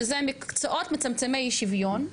שזה מקצועות מצמצמי שוויון,